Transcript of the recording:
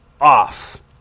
off